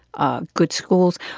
ah good schools.